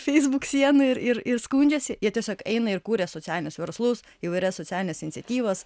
facebook sienoj ir ir ir skundžiasi jie tiesiog eina ir kuria socialinius verslus įvairias socialines iniciatyvas